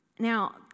Now